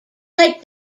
like